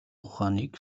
ухааныг